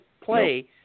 play